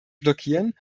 blockieren